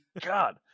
God